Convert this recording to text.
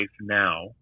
now